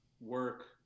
work